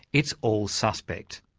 it's all suspect.